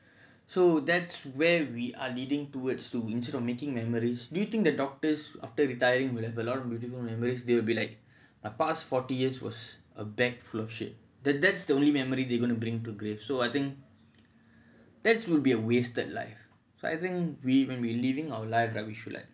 so that's where we are leading towards to instead of making memories do you think the doctors after retiring will have beautiful memories they'll be like the past forty years was a bag full of shit that's gonna be the only memory they gonna bring to the grave so I think that's gonna be a wasted life